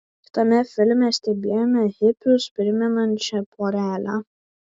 kitame filme stebėjome hipius primenančią porelę